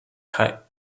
kerala